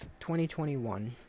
2021